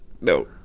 No